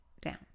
down